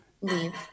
leave